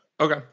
Okay